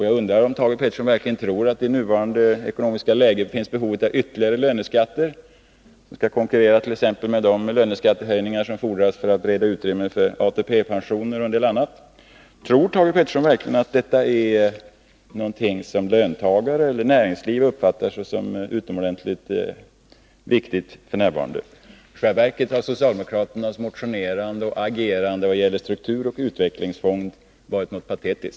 Jag undrar om Thage Peterson verkligen tror att det i det nuvarande ekonomiska läget finns behov av ytterligare löneskatter, som skall konkurrera exempelvis med de löneskattehöjningar som fordras för att bereda utrymme för ATP-pensioner och en del annat. Tror Thage Peterson verkligen att detta är någonting som löntagare och näringsliv uppfattar som utomordentligt viktigt f. n? I själva verket har socialdemokraternas motionerande och agerande när det gäller en strukturoch utvecklingsfond varit något patetisk.